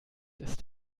ist